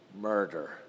Murder